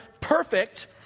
perfect